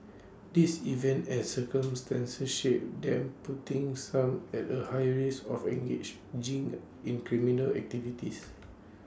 these events as circumstances shape them putting some at A higher risk of engage in criminal activities